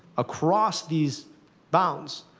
across these bounds,